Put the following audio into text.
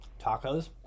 Tacos